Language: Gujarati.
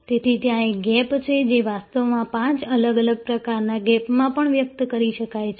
તેથી ત્યાં એક ગેપ છે જે વાસ્તવમાં પાંચ અલગ અલગ પ્રકારના ગેપમાં પણ વ્યક્ત કરી શકાય છે